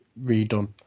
redone